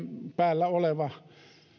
päällä oleva